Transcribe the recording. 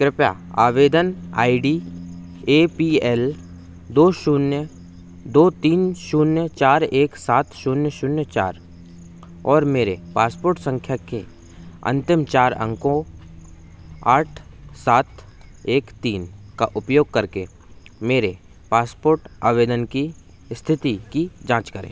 कृपया आवेदन I D A P L दो शून्य दो तीन शून्य चार एक सात शून्य शून्य चार और मेरे पासपोर्ट सँख्या के अन्तिम चार अंकों आठ सात एक तीन का उपयोग करके मेरे पासपोर्ट आवेदन की इस्थिति की जाँच करें